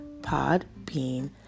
Podbean